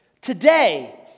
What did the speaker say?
Today